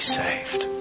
saved